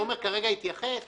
תומר התייחס כרגע.